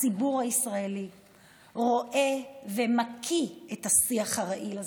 הציבור הישראלי רואה ומקיא את השיח הרעיל הזה,